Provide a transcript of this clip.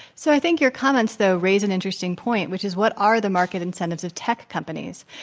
so think your comments, though, raise an interesting point, which is what are the market incentives of tech companies?